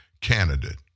candidate